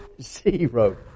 zero